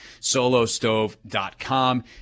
solostove.com